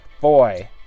boy